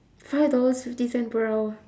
five dollars fifty cent per hour